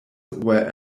were